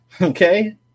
Okay